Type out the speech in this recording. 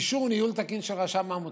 אישור ניהול תקין של רשם העמותות.